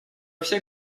все